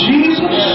Jesus